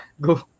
Go